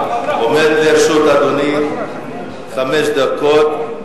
עומדות לרשות אדוני חמש דקות,